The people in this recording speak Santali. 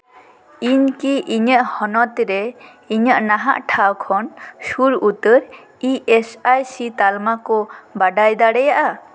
ᱤᱧ ᱠᱤ ᱤᱧᱟᱹᱜ ᱦᱚᱱᱚᱛ ᱨᱮ ᱤᱧᱟᱹᱜ ᱱᱟᱦᱟᱜ ᱴᱷᱟᱶ ᱠᱷᱚᱱ ᱥᱩᱨ ᱩᱛᱟᱹᱨ ᱤ ᱮᱥ ᱟᱭ ᱥᱤ ᱛᱟᱞᱢᱟ ᱠᱚ ᱵᱟᱰᱟᱭ ᱫᱟᱲᱮᱭᱟᱜᱼᱟ